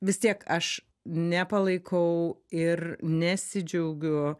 vis tiek aš nepalaikau ir nesidžiaugiu